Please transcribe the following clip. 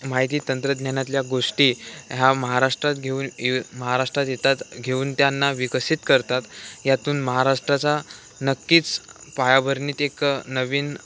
माहिती तंत्रज्ञानातल्या गोष्टी ह्या महाराष्ट्रात घेऊन महाराष्ट्रात येतात घेऊन त्यांना विकसित करतात यातून महाराष्ट्राचा नक्कीच पायाभरणीत एक नवीन